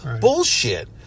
Bullshit